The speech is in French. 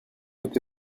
été